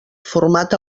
format